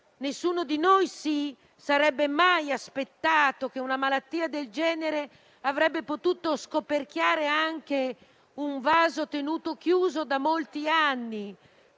Nessuno di noi si sarebbe mai aspettato che una malattia del genere avrebbe potuto scoperchiare anche i vasi tenuti chiusi da molti anni,